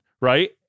right